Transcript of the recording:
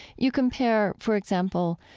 you compare, for example,